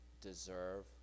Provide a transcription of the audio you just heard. deserve